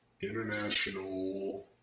International